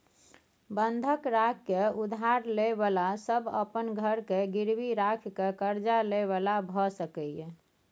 बंधक राखि के उधार ले बला सब अपन घर के गिरवी राखि के कर्जा ले बला भेय सकेए